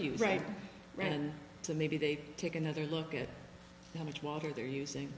you right now and to maybe they take another look at how much water they're using